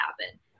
happen